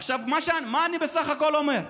עכשיו, מה אני בסך הכול אומר?